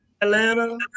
Atlanta